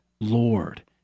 Lord